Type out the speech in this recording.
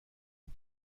این